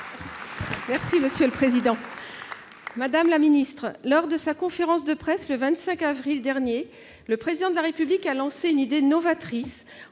territoriales. Madame la ministre, lors de sa conférence de presse, le 25 avril dernier, le Président de la République a lancé une idée novatrice,